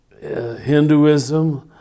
hinduism